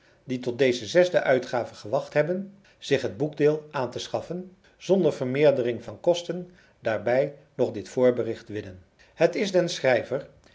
die tot deze zesde uitgave gewacht hebben zich het boekdeel aan te schaffen zonder vermeerdering van kosten daarbij nog dit voorbericht winnen het is den schrijver